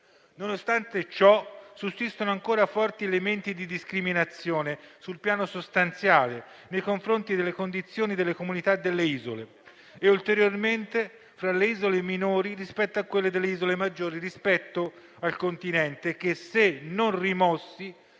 Nonostante ciò, sussistono ancora forti elementi di discriminazione sul piano sostanziale nei confronti delle condizioni delle comunità delle isole maggiori, e ulteriormente per le isole minori, rispetto a quelle del continente che, se non rimossi,